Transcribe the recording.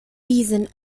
wiesen